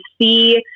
see